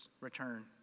Return